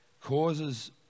causes